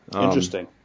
Interesting